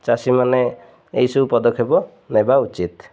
ଚାଷୀମାନେ ଏଇସବୁ ପଦକ୍ଷେପ ନେବା ଉଚିତ୍